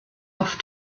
off